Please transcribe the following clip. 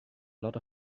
lot